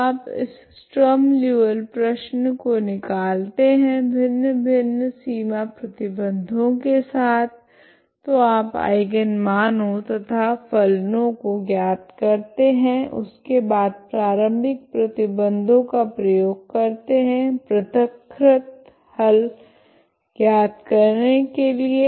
तो आप इस स्ट्रीम लीऔविल्ले प्रश्न को निकालते है भिन्न भिन्न सीमा प्रतिबंधों के साथ तो आप आइगन मानों तथा फलनों को ज्ञात करते है उसके बाद प्रारम्भिक प्रतिबंधों का प्रयोग करते है प्रथक्कृत हल ज्ञात करने के लिए